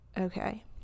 Okay